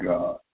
God